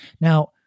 Now